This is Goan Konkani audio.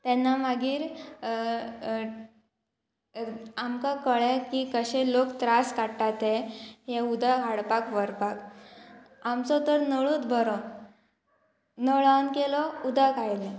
तेन्ना मागीर आमकां कळ्ळें की कशे लोक त्रास काडटा ते हें उदक हाडपाक व्हरपाक आमचो तर नळूच बरो नळ ऑन केलो उदक आयलें